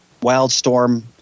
Wildstorm –